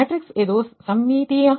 ಮ್ಯಾಟ್ರಿಕ್ಸ್ಇದು ಸಮ್ಮಿತೀಯ